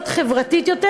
להיות חברתית יותר,